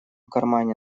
кармане